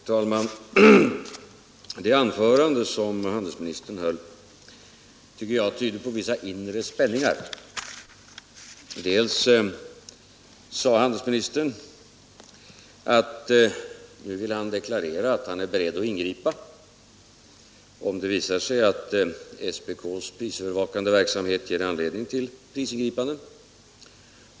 Herr talman! Det anförande som handelsministern har hållit här tycker jag tyder på vissa inre spänningar. Handelsministern sade att nu ville han deklarera att han är beredd att ingripa, om det visar sig att SPK:s prisövervakande verksamhet ger anledning till prisingripanden.